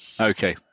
Okay